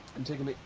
antigone